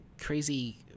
crazy